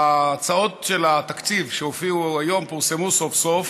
בהצעות התקציב שהופיעו היום, שפורסמו סוף-סוף,